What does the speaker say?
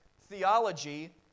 theology